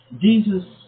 Jesus